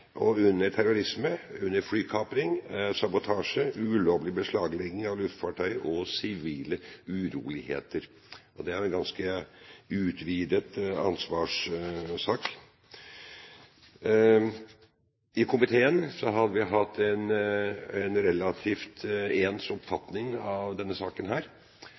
under terrorisme, under flykapring, sabotasje, ulovlig beslaglegging av luftfartøyer og sivile uroligheter. Det er en ganske utvidet ansvarssak. I komiteen har vi hatt en relativt ens oppfatning av denne saken.